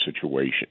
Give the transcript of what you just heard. situation